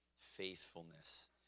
faithfulness